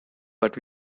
but